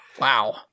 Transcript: wow